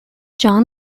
jon